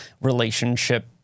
relationship